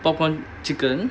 popcorn chicken